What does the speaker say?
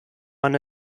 man